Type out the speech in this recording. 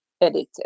edited